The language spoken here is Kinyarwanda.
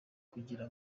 kugira